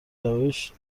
روش